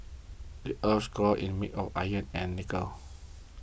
the earth's core is made of iron and nickel